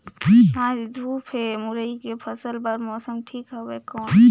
आज धूप हे मुरई के फसल बार मौसम ठीक हवय कौन?